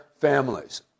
families